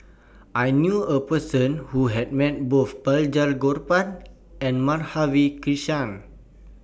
I knew A Person Who has Met Both Balraj Gopal and Madhavi Krishnan